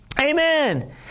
Amen